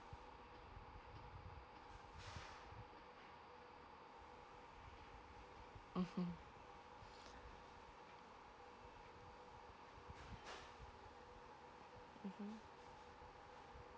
mmhmm mmhmm